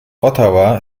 ottawa